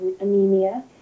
Anemia